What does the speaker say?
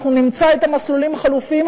אנחנו נמצא את המסלולים החלופיים,